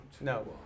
No